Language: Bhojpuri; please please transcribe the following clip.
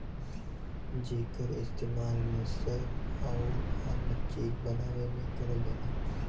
जेकर इस्तेमाल रेसम आउर अन्य चीज बनावे में करल जाला